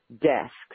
desks